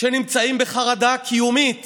שנמצאים בחרדה קיומית,